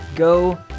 Go